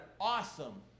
awesome